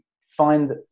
find